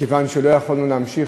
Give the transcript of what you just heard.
מכיוון שלא יכולנו להמשיך,